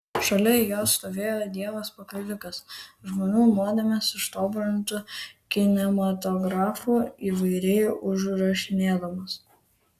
šalia jo stovėjo dievas pakalikas žmonių nuodėmes ištobulintu kinematografu įvairiai užrašinėdamas